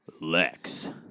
Lex